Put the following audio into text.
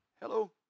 Hello